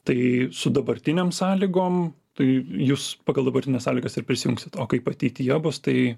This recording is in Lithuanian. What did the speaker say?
tai su dabartinėm sąlygom tai jus pagal dabartines sąlygas ir prisijungsit o kaip ateityje bus tai